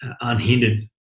unhindered